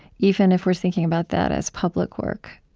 even if we're thinking about that as public work.